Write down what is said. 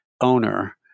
owner